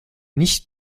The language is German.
nicht